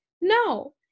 No